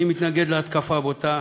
אני מתנגד להתקפה הבוטה,